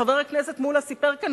חבר הכנסת מולה סיפר כאן,